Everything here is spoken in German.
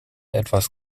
etwas